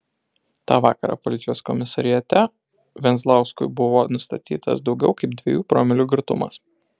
tą vakarą policijos komisariate venzlauskui buvo nustatytas daugiau kaip dviejų promilių girtumas